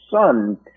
son